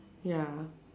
ya